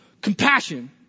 compassion